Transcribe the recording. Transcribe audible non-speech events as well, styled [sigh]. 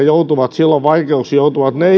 [unintelligible] joutuvat silloin vaikeuksiin ne [unintelligible]